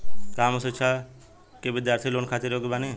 का हम उच्च शिक्षा के बिद्यार्थी लोन खातिर योग्य बानी?